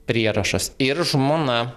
prierašas ir žmona